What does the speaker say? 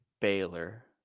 Baylor